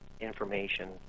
information